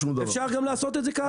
אפשר גם לעשות את זה ככה.